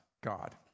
God